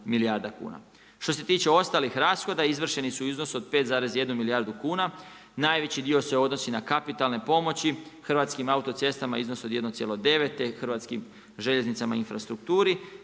milijarda kuna. Što se tiče ostalih rashoda, izvršeni su u iznosu od 5,1 milijardu kuna, najveći dio se odnosi na kapitalne pomoći Hrvatskim autocestama u iznosu od 1,9 te Hrvatskim željeznicama i infrastrukturi